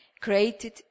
created